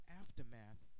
aftermath